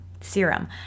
serum